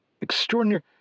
extraordinary